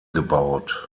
gebaut